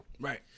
Right